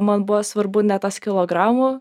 man buvo svarbu ne tas kilogramų